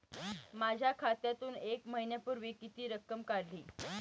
माझ्या खात्यातून एक महिन्यापूर्वी किती रक्कम काढली?